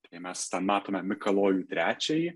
tai mes ten matome mikalojų trečiąjį